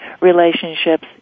relationships